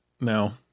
No